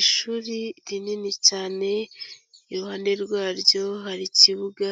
Ishuri rinini cyane, iruhande rwaryo hari ikibuga